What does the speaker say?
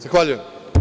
Zahvaljujem.